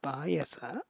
ಪಾಯಸ